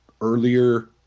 earlier